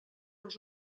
els